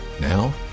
Now